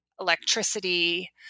electricity